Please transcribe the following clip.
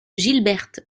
gilberte